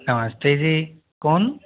नमस्ते जी कौन